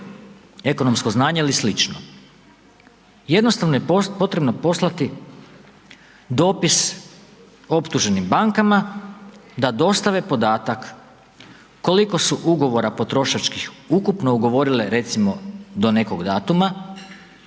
ekonomsko znanje ili slično, jednostavno je potrebno poslati dopis optuženim bankama da dostave podatak koliko su ugovora potrošačkih ukupno ugovorile recimo do nekog datuma,